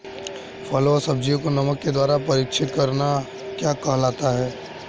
फलों व सब्जियों को नमक के द्वारा परीक्षित करना क्या कहलाता है?